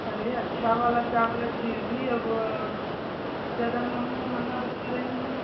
अरे अच्छा वाला चावल है फिर भी अब बहुत ज़्यादा महँगा महँगा बता रही हैं